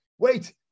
Wait